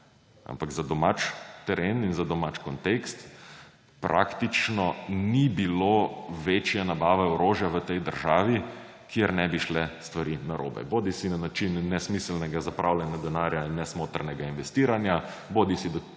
ampak za domač teren in za domač kontekst praktično ni bilo večje nabave orožja v tej državi, kjer ne bi šle stvari narobe; bodisi na način nesmiselnega zapravljanja denarja in nesmotrnega investiranja bodisi do